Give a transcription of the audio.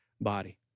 body